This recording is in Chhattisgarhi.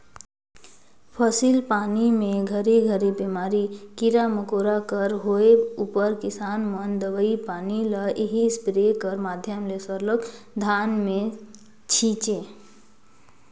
फसिल पानी मे घरी घरी बेमारी, कीरा मकोरा कर होए उपर किसान मन दवई पानी ल एही इस्पेयर कर माध्यम ले सरलग धान मे छीचे